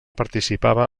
participava